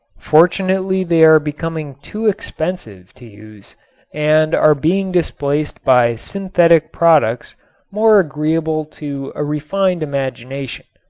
fortunately they are becoming too expensive to use and are being displaced by synthetic products more agreeable to a refined imagination.